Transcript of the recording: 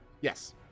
Yes